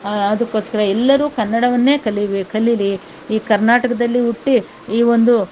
ಅದಕ್ಕೋಸ್ಕರ ಎಲ್ಲರೂ ಕನ್ನಡವನ್ನೇ ಕಲಿಬೇಕು ಕಲೀಲಿ ಈ ಕರ್ನಾಟಕದಲ್ಲಿ ಹುಟ್ಟಿ ಈ ಒಂದು